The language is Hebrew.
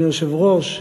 אדוני היושב-ראש,